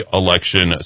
election